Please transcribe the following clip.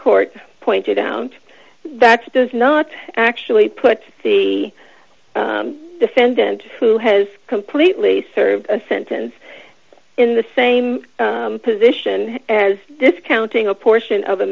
court pointed out that does not actually puts the defendant who has completely served a sentence in the same position as discounting a portion of